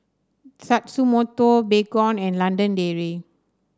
Tatsumoto Baygon and London Dairy